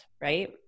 Right